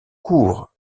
cours